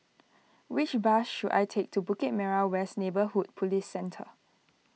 which bus should I take to Bukit Merah West Neighbourhood Police Centre